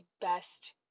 best